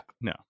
No